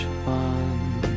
fun